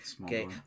Okay